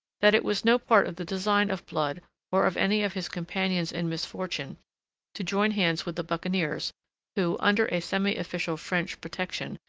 that it was no part of the design of blood or of any of his companions in misfortune to join hands with the buccaneers who, under a semi-official french protection,